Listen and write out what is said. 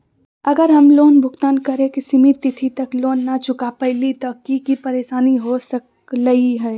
अगर हम लोन भुगतान करे के सिमित तिथि तक लोन न चुका पईली त की की परेशानी हो सकलई ह?